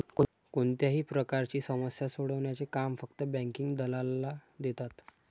कोणत्याही प्रकारची समस्या सोडवण्याचे काम फक्त बँकिंग दलालाला देतात